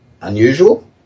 Unusual